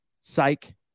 psych